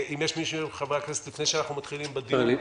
מישהו מחברי הכנסת רוצה לדבר לפני שאנחנו מתחילים בדיון?